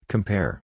Compare